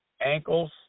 ankles